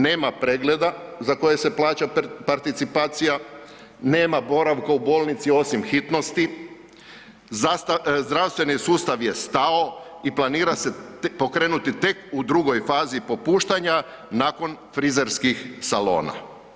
Nema pregleda za koje se plaća participacija, nema boravka u bolnici osim hitnosti, zdravstveni sustav je stao i planira se pokrenuti tek u drugoj fazi popuštanja nakon frizerskih salona.